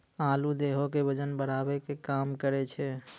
आलू देहो के बजन बढ़ावै के काम करै छै